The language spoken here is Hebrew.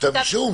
כולם הרוויחו.